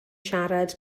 siarad